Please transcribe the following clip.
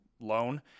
loan